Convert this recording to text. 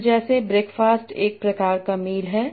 तो जैसे ब्रेकफास्ट एक प्रकार का मील है